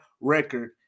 record